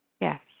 Yes